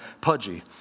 Pudgy